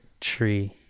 tree